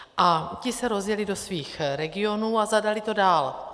A ti se rozjeli do svých regionů a zadali to dál.